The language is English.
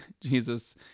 Jesus